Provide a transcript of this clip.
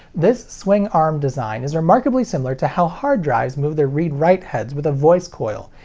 this swing-arm design is remarkably similar to how hard drives move their read write heads with a voice coil,